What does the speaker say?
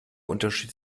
unterschied